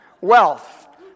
wealth